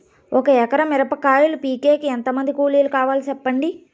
ఒక ఎకరా మిరప కాయలు పీకేకి ఎంత మంది కూలీలు కావాలి? సెప్పండి?